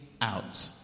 out